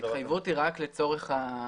בסדר.